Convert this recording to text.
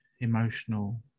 emotional